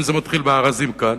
אם זה מתחיל בארזים כאן,